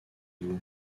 vous